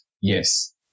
Yes